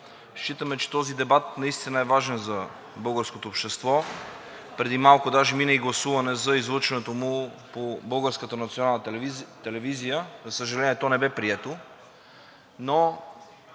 ред, считаме, че този дебат наистина е важен за българското общество. Преди малко даже мина и гласуване на излъчването му по Българската национална телевизия, за съжаление, то не бе прието,